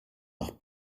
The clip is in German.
nach